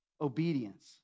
obedience